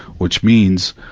which means,